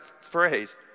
phrase